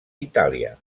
itàlia